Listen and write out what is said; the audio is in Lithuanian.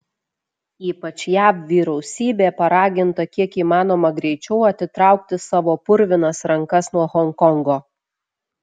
ypač jav vyriausybė paraginta kiek įmanoma greičiau atitraukti savo purvinas rankas nuo honkongo